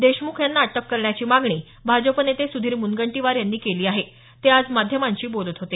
देशमुख यांना अटक करण्याची मागणी भाजप नेते सुधीर मुनगंटीवार यांनी केली आहे ते आज माध्यमांशी बोलत होते